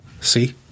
See